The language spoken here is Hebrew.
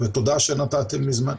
תודה שנתתם לי זמן.